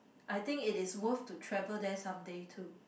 I think it is worth to travel there someday too